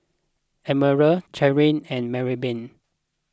Emerald Cherelle and Marybeth